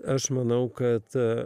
aš manau kad